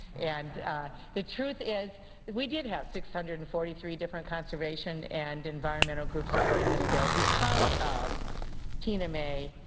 and the truth is we did have six hundred and forty three different conservation and environmental groups supporting this bill because of tina may,